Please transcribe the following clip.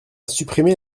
supprimé